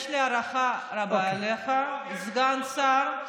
יש לי הערכה רבה אליך, סגן השר,